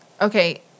okay